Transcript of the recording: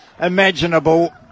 imaginable